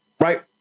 Right